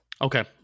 Okay